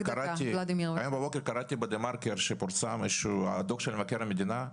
הבוקר קראתי בדה מרקר שפורסם דוח מבקר המדינה,